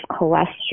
cholesterol